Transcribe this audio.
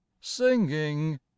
singing